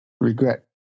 regret